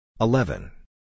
eleven